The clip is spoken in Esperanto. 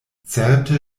certe